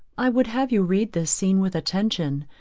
i would have you read this scene with attention,